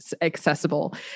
accessible